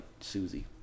Susie